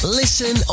listen